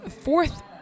fourth